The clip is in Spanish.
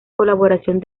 colaboración